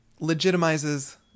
legitimizes